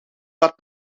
dat